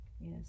Yes